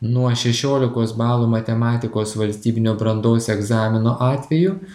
nuo šešiolikos balų matematikos valstybinio brandos egzamino atveju